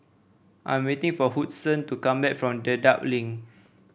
I am waiting for Woodson to come back from Dedap Link